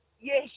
Yes